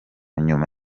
nyuma